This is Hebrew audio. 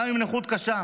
ועדיין נכות קשה.